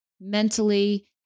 mentally